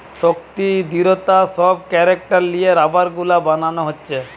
শক্তি, দৃঢ়তা সব ক্যারেক্টার লিয়ে রাবার গুলা বানানা হচ্ছে